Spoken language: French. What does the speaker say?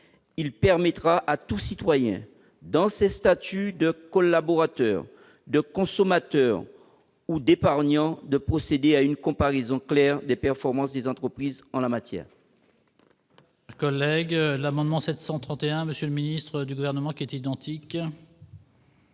Il permettra à tout citoyen, dans ses statuts de collaborateur, de consommateur ou d'épargnant, de procéder à une comparaison des performances des entreprises en la matière.